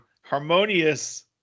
Harmonious